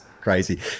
crazy